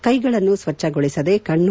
ಕೈಗಳನ್ನು ಸ್ವಚ್ಛಗೊಳಿಸದೆ ಕಣ್ಣು